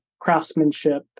craftsmanship